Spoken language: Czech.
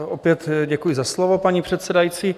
Opět děkuji za slovo, paní předsedající.